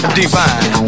divine